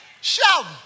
Shouting